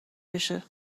بشه